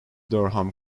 durham